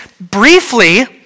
briefly